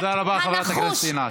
תודה רבה, חברת הכנסת ענת.